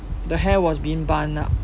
the hair was being bun up